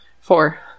Four